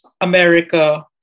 America